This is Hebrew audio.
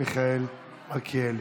מיכאל מלכיאלי.